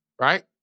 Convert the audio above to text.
right